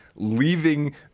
leaving